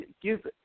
give